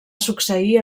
succeir